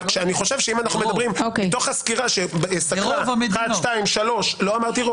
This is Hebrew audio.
אבל אני חושב שאם אנחנו מדברים מתוך הסקירה שסקרה 1,2,3 --- ברוב,